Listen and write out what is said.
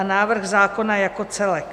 A návrh zákona jako celek.